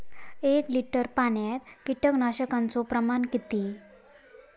एक लिटर पाणयात कीटकनाशकाचो प्रमाण किती?